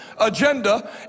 agenda